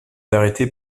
arrêté